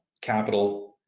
capital